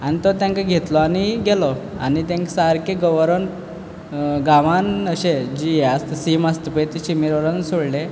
आनी तो तेंकां घेतलो आनी गेलो आनी तेंकां सारकें व्हरोन गांवांन अशें जें हें आसता शीम आसता पय थंय शिमेर व्हरोन सोडलें